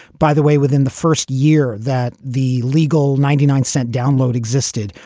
by the way, within the first year that the legal ninety nine cent download existed.